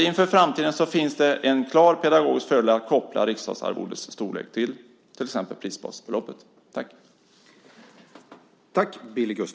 Inför framtiden finns det alltså en klar pedagogisk fördel med att koppla riksdagsarvodets storlek till exempelvis prisbasbeloppet.